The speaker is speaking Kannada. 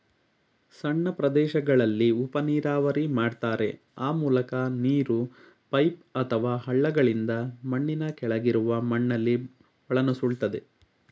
ಸಣ್ಣ ಪ್ರದೇಶಗಳಲ್ಲಿ ಉಪನೀರಾವರಿ ಮಾಡ್ತಾರೆ ಆ ಮೂಲಕ ನೀರು ಪೈಪ್ ಅಥವಾ ಹಳ್ಳಗಳಿಂದ ಮಣ್ಣಿನ ಕೆಳಗಿರುವ ಮಣ್ಣಲ್ಲಿ ಒಳನುಸುಳ್ತದೆ